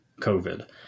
COVID